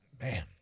man